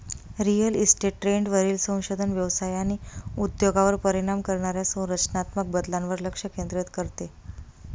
real estate ट्रेंडवरील संशोधन व्यवसाय आणि उद्योगावर परिणाम करणाऱ्या संरचनात्मक बदलांवर लक्ष केंद्रित करते